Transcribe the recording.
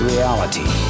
reality